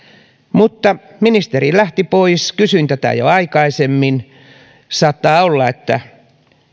mutta ministeri lähti pois kysyin tätä jo aikaisemmin saattaa olla että